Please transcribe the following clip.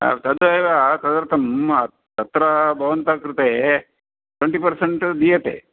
हा तदेव तदर्थम् तत्र भवन्तः कृते ट्वेण्टि पर्सेण्ट् दीयते